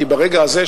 גם כי ברגע הזה,